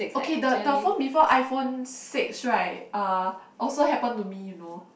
okay the the phone before iPhone six right uh also happen to me you know